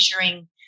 measuring